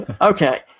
Okay